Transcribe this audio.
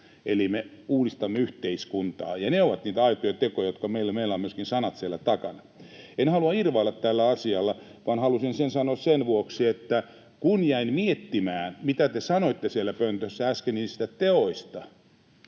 Eli me uudistamme yhteiskuntaa, ja ne ovat niitä aitoja tekoja, ja meillä on myöskin sanat siellä takana. En halua irvailla tällä asialla, vaan halusin sen sanoa sen vuoksi, että kun jäin miettimään, mitä te sanoitte siellä pöntössä äsken niistä teoista,